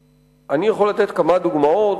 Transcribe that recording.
אני יכול לתת כמה דוגמאות.